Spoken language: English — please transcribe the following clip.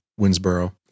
Winsboro